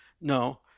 No